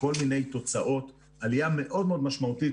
בכל מיני תוצאות עלייה מאוד מאוד משמעותית